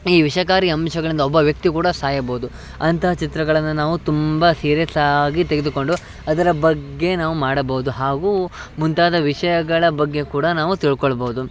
ಈ ವಿಷಕಾರಿ ಅಂಶಗಳಿಂದ ಒಬ್ಬ ವ್ಯಕ್ತಿ ಕೂಡ ಸಾಯಬೌದು ಅಂತಹ ಚಿತ್ರಗಳನ್ನ ನಾವು ತುಂಬ ಸೀರ್ಯಸ್ಸಾಗಿ ತೆಗೆದುಕೊಂಡು ಅದರ ಬಗ್ಗೆ ನಾವು ಮಾಡಬೌದು ಹಾಗೂ ಮುಂತಾದ ವಿಷಯಗಳ ಬಗ್ಗೆ ಕೂಡ ನಾವು ತಿಳ್ಕೊಳ್ಬೌದು